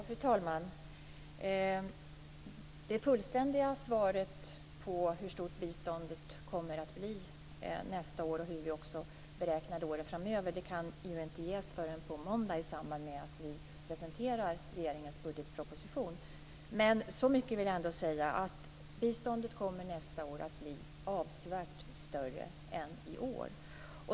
Fru talman! Det fullständiga svaret på frågan om hur stort biståndet kommer att bli och hur stort vi beräknar att det skall bli framöver kan inte ges förrän på måndag i samband med att vi presenterar regeringens budgetproposition. Jag vill ändå säga så mycket att biståndet nästa år kommer att bli avsevärt större än i år.